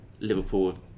Liverpool